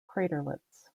craterlets